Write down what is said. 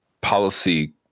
policy